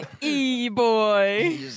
e-boy